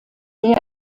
der